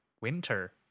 winter